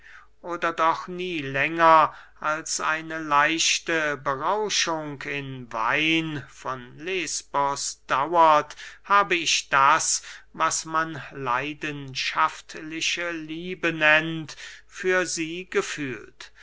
oder doch nie länger als eine leichte berauschung in wein von lesbos dauert habe ich das was man leidenschaftliche liebe nennt für sie gefühlt